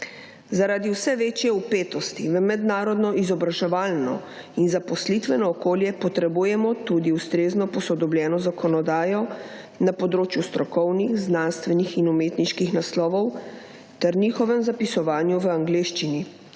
Zaradi vse večje vpetosti v mednarodno izobraževalno in zaposlitveno okolje potrebujemo tudi ustrezno posodobljeno zakonodajo na področju strokovnih, znanstvenih in umetniških naslovov, ter njihovem zapisovanju v angleščini.